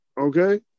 Okay